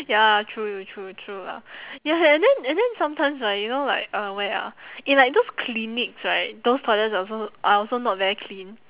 ya true true true true lah ya and then and then sometimes right you know like uh where ah in like those clinics right those toilets are also are also not very clean